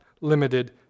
limited